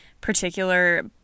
particular